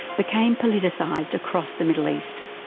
became politicised across the middle east.